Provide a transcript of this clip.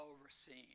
overseen